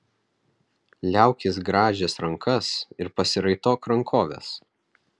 liaukis grąžęs rankas ir pasiraitok rankoves